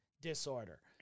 disorder